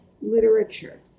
literature